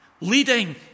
leading